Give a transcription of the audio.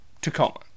Tacoma